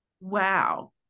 wow